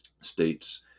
states